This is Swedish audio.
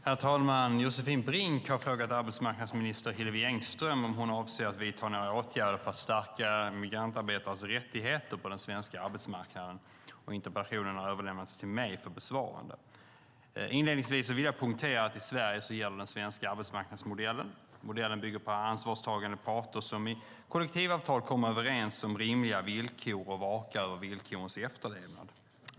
Herr talman! Josefin Brink har frågat arbetsmarknadsminister Hillevi Engström om hon avser att vidta några åtgärder för att stärka migrantarbetares rättigheter på den svenska arbetsmarknaden. Interpellationen har överlämnats till mig för besvarande. Inledningsvis vill jag poängtera att i Sverige gäller den svenska arbetsmarknadsmodellen. Modellen bygger på ansvarstagande parter som i kollektivavtal kommer överens om rimliga villkor och vakar över villkorens efterlevnad.